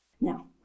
Now